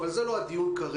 אבל זה לא הדיון כרגע,